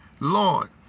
Lord